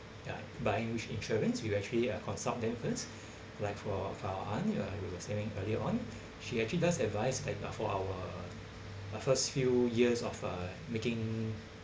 uh buying which insurance you actually uh consult them first like for for our aunt ya you were saying earlier on she actually does advise for our first few years of uh making